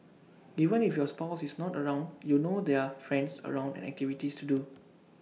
even if your spouse is not around you know there are friends around and activities to do